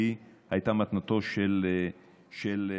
והיא הייתה מתנתו של אילן.